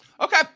Okay